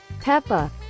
Peppa